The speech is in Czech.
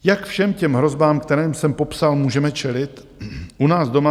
Jak všem těmto hrozbám, které jsem popsal, můžeme čelit u nás doma?